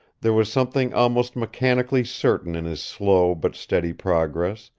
there was something almost mechanically certain in his slow but steady progress,